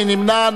מי נמנע?